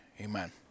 Amen